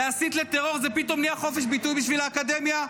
להסית לטרור זה פתאום נהיה חופש ביטוי בשביל האקדמיה?